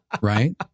Right